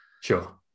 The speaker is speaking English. sure